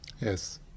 Yes